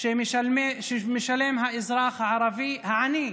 שמשלם האזרח הערבי העני,